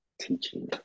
Teaching